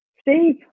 Steve